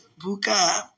Buka